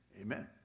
Amen